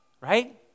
right